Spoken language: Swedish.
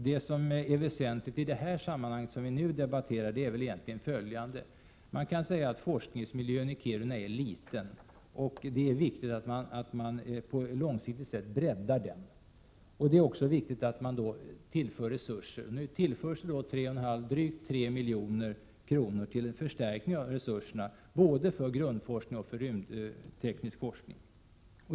Det väsentliga i det sammanhang vi nu debatterar är följande: Man kan säga att forskningsmiljön i Kiruna är trång, och det är viktigt att man på ett långsiktigt sätt breddar den. Det är också viktigt att då tillföra resurser. Nu tillförs drygt 3 milj.kr. som en förstärkning av resurserna både för grundforskning och för rymdteknisk forskning.